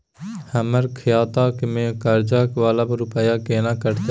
हमर खाता से कर्जा वाला रुपिया केना कटते?